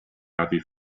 happy